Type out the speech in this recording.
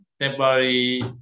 temporary